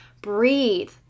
breathe